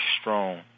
strong